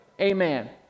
amen